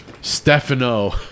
Stefano